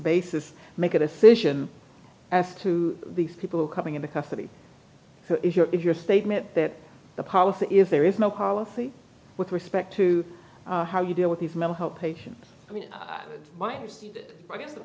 basis make a decision as to who these people coming into custody if you're if your statement that the policy is there is no policy with respect to how you deal with these mental health patients i mean my i guess the